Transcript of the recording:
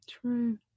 True